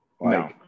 No